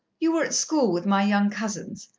you were at school with my young cousins.